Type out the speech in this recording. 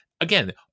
Again